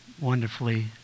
wonderfully